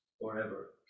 forever